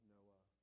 Noah